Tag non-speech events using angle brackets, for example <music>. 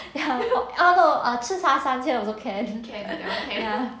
ya oh no err 吃茶三千 also can <laughs> ya